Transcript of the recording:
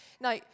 Now